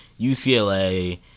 UCLA